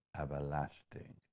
everlasting